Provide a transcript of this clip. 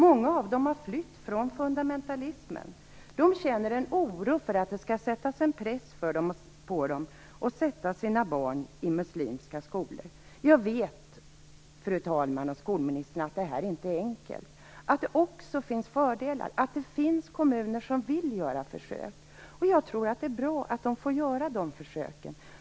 Många av dem har flytt från fundamentalismen. De känner en oro för att det skall sättas en press på dem att sätta sina barn i muslimska skolor. Jag vet, fru talman och skolministern, att det här inte är enkelt, att det också finns fördelar, att det finns kommuner som vill göra försök. Jag tror att det är bra att de får göra de försöken.